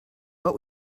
but